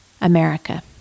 America